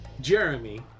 jeremy